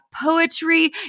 poetry